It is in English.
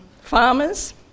farmers